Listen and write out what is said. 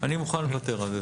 מוכן לוותר על זה.